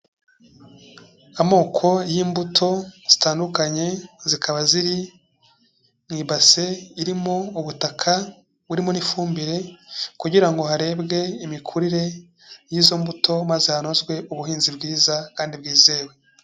Amoko y'imbuto zitandukanye zikaba ziri mu ibase irimo ubutaka burimo n'ifumbire kugira ngo harebwe imikurire y'izo mbuto maze hanozwe ubuhinzi bwiza kandi bwizewe.